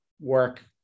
work